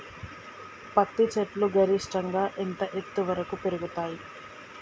పత్తి చెట్లు గరిష్టంగా ఎంత ఎత్తు వరకు పెరుగుతయ్?